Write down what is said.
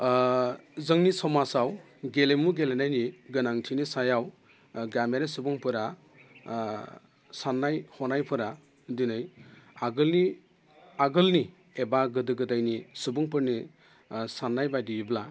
जोंनि समाजाव गेलेमु गेलेनायनि गोनांथिनि सायाव गामियारि सुबुंफोरा साननाय हनायफोरा दिनै आगोलनि एबा गोदो गोदायनि सुबुंफोरनि साननाय बादियैब्ला